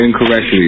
incorrectly